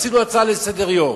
העלינו הצעה לסדר-היום